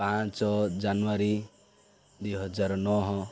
ପାଞ୍ଚ ଜାନୁଆରୀ ଦୁଇ ହଜାର ନଅ